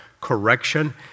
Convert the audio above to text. correction